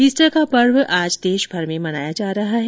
Easter का पर्व आज देशभर में मनाया जा रहा है